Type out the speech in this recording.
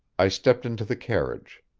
i stepped into the carriage.